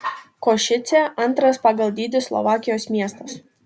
košicė antras pagal dydį slovakijos miestas